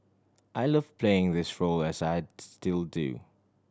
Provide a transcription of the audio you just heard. I love playing this role as I still do